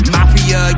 Mafia